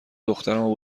دخترمو